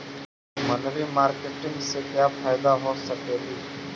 मनरी मारकेटिग से क्या फायदा हो सकेली?